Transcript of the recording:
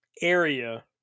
area